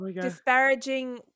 disparaging